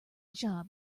job